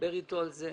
לדבר אתו על זה.